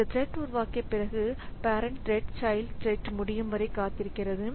இந்த த்ரெட் உருவாக்கிய பிறகு பேரன்ட் த்ரெட் சைல்ட் த்ரெட் முடியும் வரை காத்திருக்கிறது